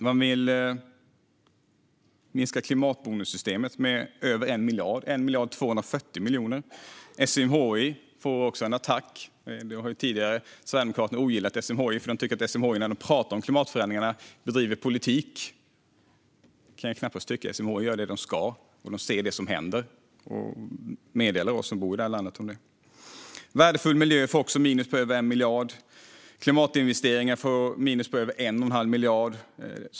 Man vill minska klimatbonussystemet med över 1 miljard - 1 240 000 000. SMHI får också en attack. Sverigedemokraterna har ju tidigare ogillat SMHI, för de tycker att SMHI när de pratar om klimatförändringarna bedriver politik. Det kan jag knappast tycka. SMHI gör det de ska. De ser det som händer och informerar oss som bor i landet om det. Värdefull miljö får också minus på över 1 miljard. Klimatinvesteringar får minus på över 1 1⁄2 miljard.